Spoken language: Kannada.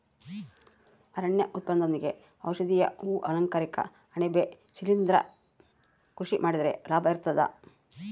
ಅರಣ್ಯ ಉತ್ಪನ್ನದೊಂದಿಗೆ ಔಷಧೀಯ ಹೂ ಅಲಂಕಾರಿಕ ಅಣಬೆ ಶಿಲಿಂದ್ರ ಕೃಷಿ ಮಾಡಿದ್ರೆ ಲಾಭ ಇರ್ತದ